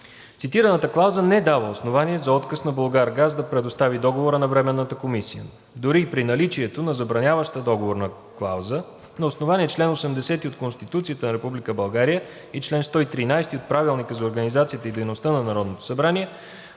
Цитираната клауза не дава основание за отказ на „Булгаргаз“ да предостави Договора на Временната комисия. Дори и при наличието на забраняваща договорна клауза, на основание чл. 80 от Конституцията на Република България и чл. 113 от Правилника за организацията и дейността на Народното събрание